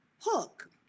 hook